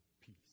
peace